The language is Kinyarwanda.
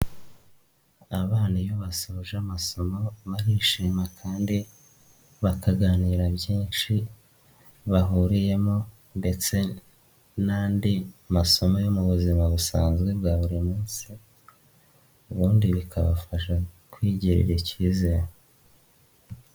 Abana iyo basoje amasomo barishima kandi bakaganira byinshi bahuriyemo ndetse n'andi masomo yo mu buzima busanzwe bwa buri munsi. Ubundi bikabafasha kwigirira ikizere.